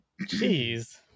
Jeez